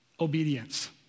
obedience